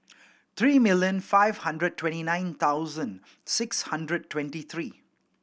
three million five hundred twenty nine thousand six hundred twenty three